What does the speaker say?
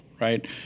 right